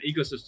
ecosystem